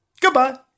Goodbye